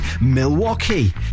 Milwaukee